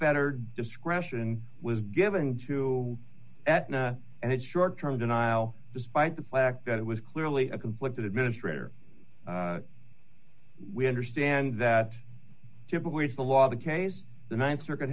fettered discretion was given to and its short term denial despite the fact that it was clearly a conflict administrator we understand that typically it's the law the case the th circuit